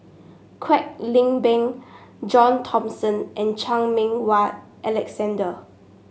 Kwek Leng Beng John Thomson and Chan Meng Wah Alexander